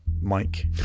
Mike